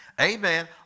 amen